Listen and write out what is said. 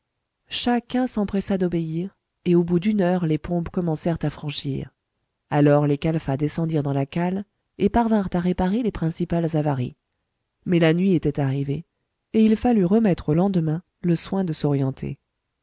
chacun s'empressa d'obéir et au bout d'une heure les pompes commencèrent à franchir alors les calfats descendirent dans la cale et parvinrent à réparer les principales avaries mais la nuit était arrivée et il fallut remettre au lendemain le soin de s'orienter